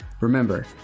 Remember